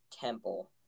temple